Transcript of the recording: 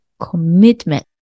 commitment